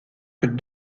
que